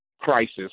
crisis